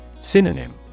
Synonym